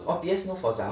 oh P_S no Forza